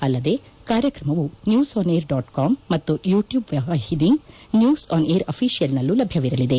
ಅಲ್ಲದೇ ಕಾರ್ಯಕ್ರಮವು news on air dot com ಮತ್ತು ಯೂಟ್ಲೂಬ್ ವಾಹಿನಿ ನ್ಲೂಸ್ ಆನ್ ಏರ್ ಆಫಿಷಿಯಲ್ನಲ್ಲೂ ಲಭ್ಯವಿರಲಿದೆ